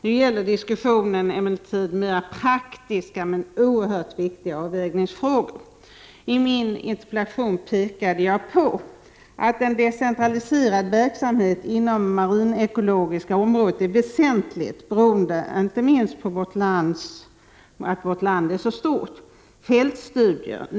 Nu gäller diskussionen emellertid mera praktiska, men oerhört viktiga avvägningsfrågor. I min interpellation pekade jag på följande: En decentraliserad verksamhet inom det marinekologiska området är väsentlig, beroende inte minst på att vårt land är så stort.